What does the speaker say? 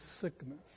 sickness